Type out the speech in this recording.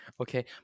Okay